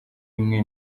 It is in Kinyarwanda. imwe